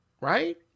right